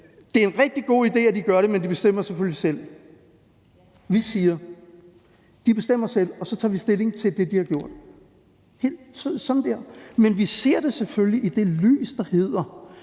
det er en rigtig god idé, at de gør det, men at de selvfølgelig selv bestemmer. Vi siger: De bestemmer selv, og så tager vi stilling til det, de har gjort. Men vi ser det selvfølgelig, i lyset af